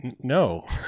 no